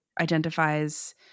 identifies